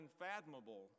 unfathomable